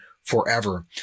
forever